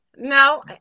No